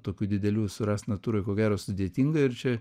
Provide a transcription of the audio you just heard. tokių didelių surast natūroj ko gero sudėtinga ir čia